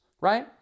right